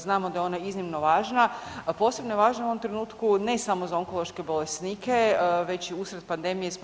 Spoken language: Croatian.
Znamo da je ona iznimno važna, a posebno je važna u ovom trenutku ne samo za onkološke bolesnike već i usred pandemije smo.